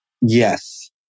yes